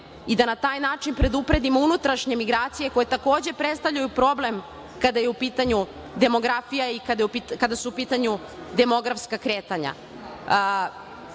i da na taj način predupredimo unutrašnje migracije, koje takođe predstavljaju problem kada je u pitanju demografija i kada su u pitanju demografska kretanja. Nikada